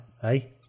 Hey